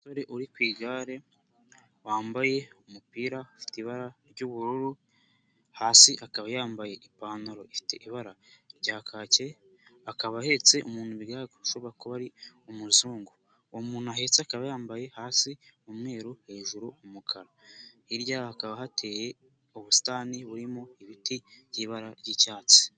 Umusore uri ku igare wambaye umupira ufite ibara ry'ubururu hasi akaba yambaye ipantaro ifite ibara rya kake, akaba ahetse umuntu bigaragara ko ashobora kuba ari umuzungu, uwo muntu ahetse akaba yambaye hasi umweru, hejuru umukara, hirya yabo hakaba hateye ubusitani burimo ibiti by'ibara ry'icyatsi.